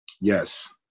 Yes